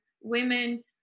women